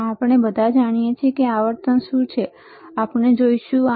અને આપણે બધા જાણીએ છીએ કે આવર્તન શું છે આપણે જોઈશું